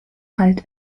halt